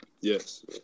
Yes